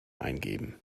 eingeben